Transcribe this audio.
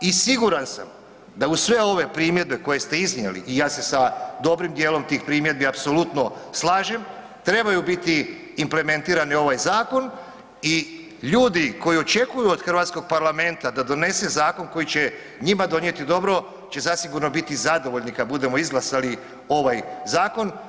I siguran sam da uz sve ove primjedbe koje ste iznijeli i ja se sa dobrim dijelom tih primjedbi apsolutno slažem trebaju biti implementirani u ovaj zakon i ljudi koji očekuju od hrvatskog parlamenta da donese zakon koji će njima donijeti dobro će zasigurno biti zadovoljni kad budemo izglasali ovaj zakon.